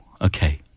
okay